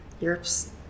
Europe's